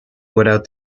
without